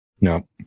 No